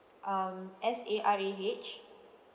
um S A R A H